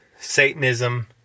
Satanism